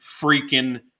freaking